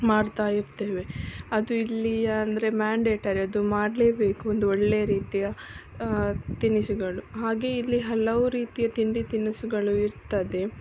ಮಾಡ್ತಾಯಿರ್ತೇವೆ ಅದು ಇಲ್ಲಿಯ ಅಂದರೆ ಮ್ಯಾಂಡೇಟರಿ ಅದು ಮಾಡಲೇಬೇಕು ಒಂದು ಒಳ್ಳೆಯ ರೀತಿಯ ತಿನಿಸುಗಳು ಹಾಗೆ ಇಲ್ಲಿ ಹಲವು ರೀತಿಯ ತಿಂಡಿ ತಿನಿಸುಗಳು ಇರ್ತದೆ